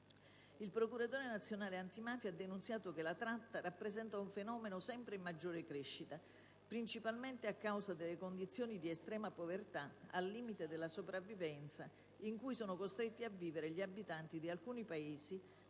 Il Procuratore nazionale antimafia ha denunziato che la tratta rappresenta un fenomeno sempre in maggiore crescita, principalmente a causa delle condizioni di estrema povertà, al limite della sopravvivenza, in cui sono costretti a vivere gli abitanti di alcuni Paesi,